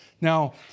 Now